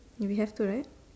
you we have two right